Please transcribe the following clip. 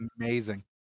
amazing